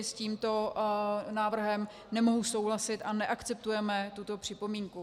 S tímto návrhem nemohu souhlasit a neakceptujeme tuto připomínku.